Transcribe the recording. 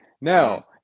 Now